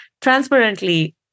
transparently